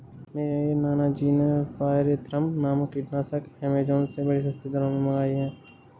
मेरे नाना जी ने पायरेथ्रम नामक कीटनाशक एमेजॉन से बड़ी सस्ती दरों पर मंगाई है